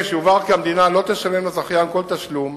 5. יובהר כי המדינה לא תשלם לזכיין כל תשלום